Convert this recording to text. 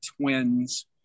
twins